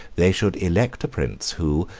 they should elect a prince who,